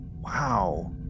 Wow